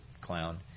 clown